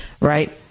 right